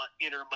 inner